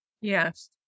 Yes